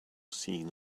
scene